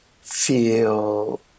Feel